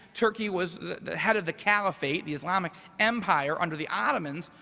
turkey was the head of the caliphate, the islamic empire under the ottomans,